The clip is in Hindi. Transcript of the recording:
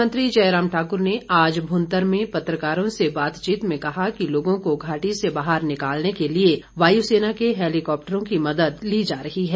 मुख्यमंत्री जयराम ठाकुर ने आज भुंतर में पत्रकारों से बातचीत में कहा कि लोगों को घाटी से बाहर निकालने के लिए वायु सेना के हैलीकॉप्टरों की मदद ली जा रही है